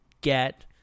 Get